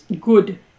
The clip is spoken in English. Good